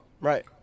Right